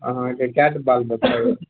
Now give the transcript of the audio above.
अहाँक कयटा बाल बच्चा यऽ